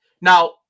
Now